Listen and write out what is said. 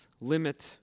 limit